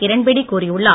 கிரண்பேடி கூறியுள்ளார்